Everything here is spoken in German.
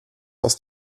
aus